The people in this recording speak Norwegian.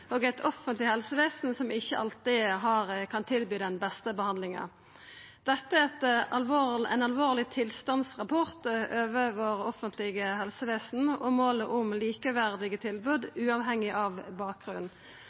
og eit offentleg helsevesen som ikkje alltid kan tilby den beste behandlinga. Dette er ein alvorleg tilstandsrapport over vårt offentlege helsevesen og målet om likeverdige tilbod, uavhengig av bakgrunn.